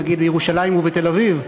נגיד בירושלים ובתל-אביב,